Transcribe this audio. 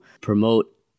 promote